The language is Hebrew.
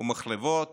ומחלבות